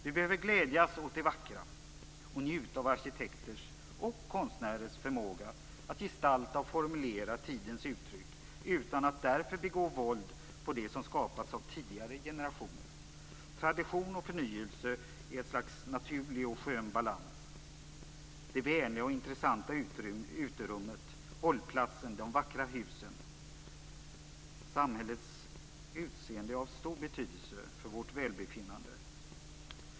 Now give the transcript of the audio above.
Vi behöver glädjas åt det vackra och njuta av arkitekters och konstnärers förmåga att gestalta och formulera tidens uttryck, utan att därför begå våld på det som skapats av tidigare generationer. Tradition och förnyelse är ett slags naturlig och skön balans. Det vänliga och intressanta uterummet, hållplatsen, de vackra husen - samhällets utseende är av stor betydelse för vårt välbefinnande.